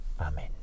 Amen